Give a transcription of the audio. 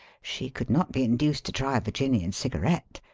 she could not be induced to try a vir ginian cigarette,